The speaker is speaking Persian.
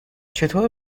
چطور